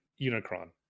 Unicron